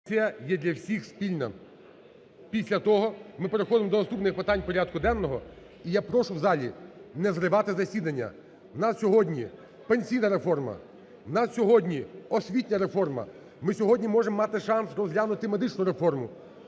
є для всіх спільна. Після того ми переходимо до наступних питань порядку денного, і я прошу в залі не зривати засідання. У нас сьогодні пенсійна реформа, у нас сьогодні освітня реформа, ми сьогодні можемо мати шанс розглянути медичну реформу.